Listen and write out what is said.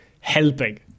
helping